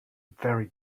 very